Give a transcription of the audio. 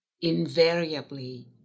invariably